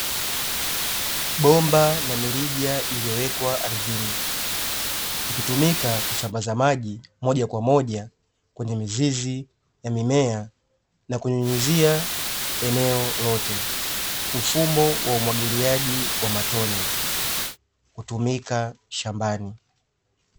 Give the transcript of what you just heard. Bomba na mirija iliyoewekwa ardhini ikitumika kusambaza maji moja kwa moja kwenye mizizi ya mimea na kunyunyizia eneo lote, mfumo wa umwagiliaji wa matone hutumika shambani.